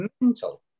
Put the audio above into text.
mental